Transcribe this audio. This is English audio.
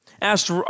asked